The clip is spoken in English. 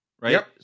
right